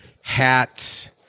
hats